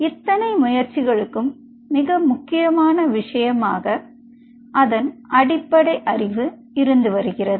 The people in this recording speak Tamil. இத்தனை முயற்சிகளுக்கும் மிக முக்கியமான விஷயமாக அதன் அடிப்படை அறிவு இருந்து வருகிறது